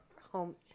home